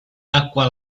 acqua